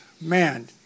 man